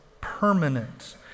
permanent